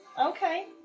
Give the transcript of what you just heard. okay